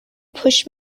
push